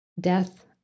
death